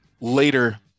later